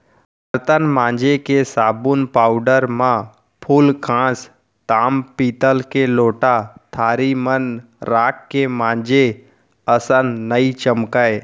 बरतन मांजे के साबुन पाउडर म फूलकांस, ताम पीतल के लोटा थारी मन राख के मांजे असन नइ चमकय